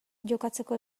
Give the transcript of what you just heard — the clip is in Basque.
jokatzeko